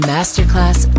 Masterclass